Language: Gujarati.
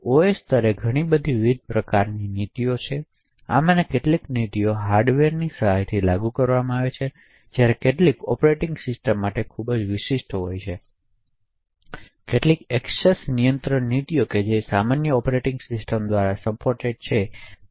હવે ઓએસ સ્તરે ઘણી વધુ વિવિધ પ્રકારની નીતિઓ છે આમાંની કેટલીક નીતિઓ હાર્ડવેરની સહાયથી લાગુ કરવામાં આવે છે જ્યારે કેટલીક ઑપરેટિંગ સિસ્ટમ માટે ખૂબ જ વિશિષ્ટ હોય છે તેથી કેટલીક એક્સેસ નિયંત્રણ નીતિઓ જે સામાન્ય ઑપરેટિંગ સિસ્ટમ દ્વારા સપોર્ટેડ છે